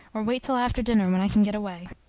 or wait till after dinner, when i can get away.